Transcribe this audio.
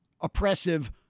oppressive